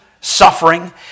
suffering